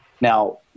now